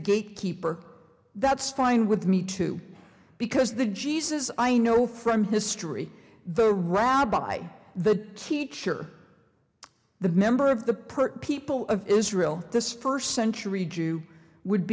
gate keeper that's fine with me too because the jesus i know from history the rabbi the teacher the member of the perfect people of israel this first century jew you